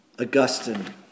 Augustine